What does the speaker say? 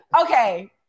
Okay